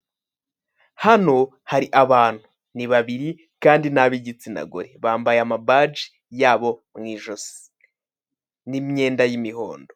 Hano hari abantu, ni babiri kandi ni abigitsina gore, bambaye amabaji yabo mu ijosi, n'imyenda y'mihondo.